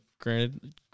Granted